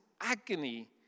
agony